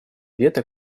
вето